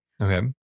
Okay